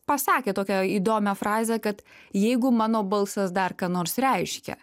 pasakė tokią įdomią frazę kad jeigu mano balsas dar ką nors reiškia